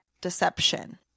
deception